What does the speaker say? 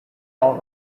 all